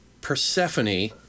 Persephone